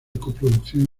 coproducción